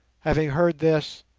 having heard this,